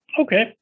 Okay